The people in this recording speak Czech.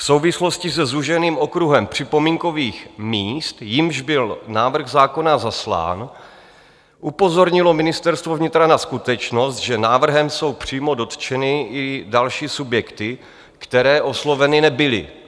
V souvislosti se zúženým okruhem připomínkových míst, jimž byl návrh zákona zaslán, upozornilo Ministerstvo vnitra na skutečnost, že návrhem jsou přímo dotčeny i další subjekty, které osloveny nebyly.